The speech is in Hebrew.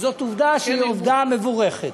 זאת עובדה שהיא עובדה מבורכת.